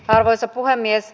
arvoisa puhemies